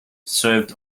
served